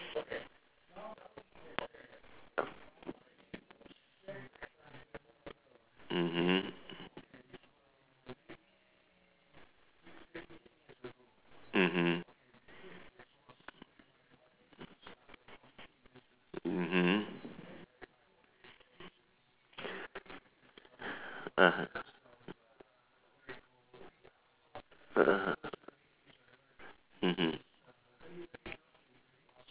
mmhmm mmhmm mmhmm (uh huh) (uh huh) mmhmm